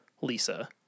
Lisa